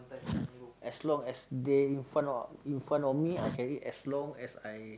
as long as they in front in front of me I can eat as long as I